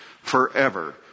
forever